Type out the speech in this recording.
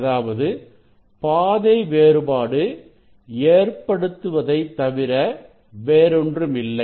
அதாவது பாதை வேறுபாடு ஏற்படுத்துவதைத் தவிர வேறொன்றுமில்லை